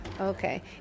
Okay